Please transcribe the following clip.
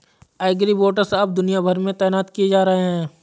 agribots अब दुनिया भर में तैनात किए जा रहे हैं